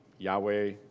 Yahweh